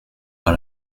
par